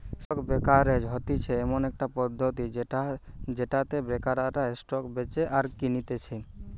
stock brokerage হতিছে এমন একটা পদ্ধতি যেটাতে ব্রোকাররা স্টক বেচে আর কিনতেছে